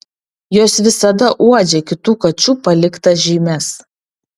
jos visada uodžia kitų kačių paliktas žymes